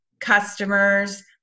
customers